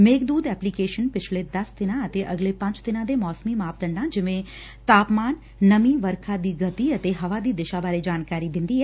Meghdoot application ਪਿਛਲੇ ਦਸ ਦਿਨਾਂ ਅਤੇ ਅਗਲੇ ਪੰਜ ਦਿਨਾਂ ਦੇ ਮੌਸਮੀ ਮਾਪਦੰਡਾਂ ਜਿਵੇਂ ਤਾਪਮਾਨ ਨਮੀ ਵਰਖਾ ਹਵਾ ਦੀ ਗਡੀ ਅਤੇ ਹਵਾ ਦੀ ਦਿਸ਼ਾ ਬਾਰੇ ਜਾਣਕਾਰੀ ਦਿੰਦੀ ਏ